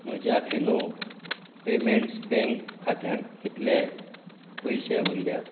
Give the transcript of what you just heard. म्हज्या Fino Payments Bank खात्यान कितले पयशे उरल्यात